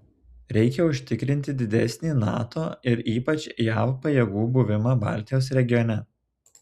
reikia užtikrinti didesnį nato ir ypač jav pajėgų buvimą baltijos regione